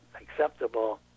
acceptable